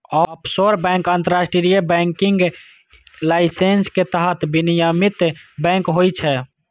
offshore bank अंतरराष्ट्रीय banking licence के तहत विनियमित बैंक होइ छै